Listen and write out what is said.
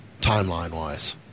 timeline-wise